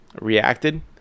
reacted